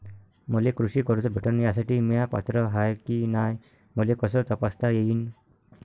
मले कृषी कर्ज भेटन यासाठी म्या पात्र हाय की नाय मले कस तपासता येईन?